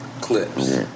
Clips